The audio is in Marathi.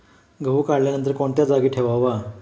गहू काढल्यानंतर कोणत्या जागी ठेवावा?